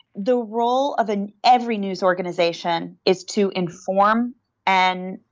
the role of and every news organization is to inform and,